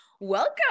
welcome